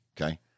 Okay